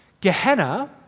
Gehenna